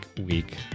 week